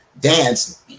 dance